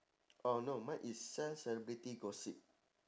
oh no mine is sell celebrity gossip